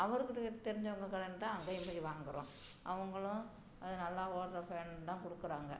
அவருக்கு தெரிஞ்சவங்க கடைன்னு தான் அங்கேயே போய் வாங்குறோம் அவங்களும் அது நல்லா ஓட்டுற ஃபேனுன்னு தான் கொடுக்குறாங்க